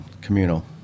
Communal